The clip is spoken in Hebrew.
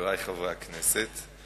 חברי חברי הכנסת,